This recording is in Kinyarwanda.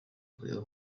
kureba